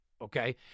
Okay